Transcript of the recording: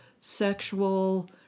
sexual